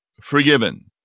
forgiven